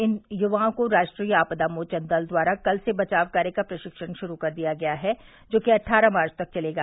इन युवाओं को राष्ट्रीय आपदा मोचन दल द्वारा कल से बचाव कार्य का प्रशिक्षण शुरू कर दिया गया है जो कि अट्ठारह मार्च तक चलेगा